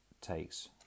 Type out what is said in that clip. takes